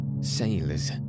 sailors